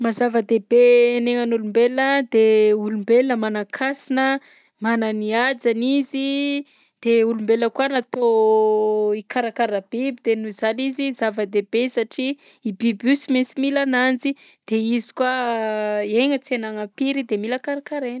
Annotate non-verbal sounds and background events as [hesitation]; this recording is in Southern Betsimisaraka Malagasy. Maha-zava-dehibe ny aignan'olombelona de olombelona manan-kasina mana ny hajany izy de olombelona koa natao [hesitation] hikarakara biby de noho izany izy zava-dehibe satria io biby io sy maintsy mila ananjy de izy koa [hesitation] aigna tsy hananam-piry de mila karakaraina.